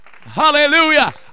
Hallelujah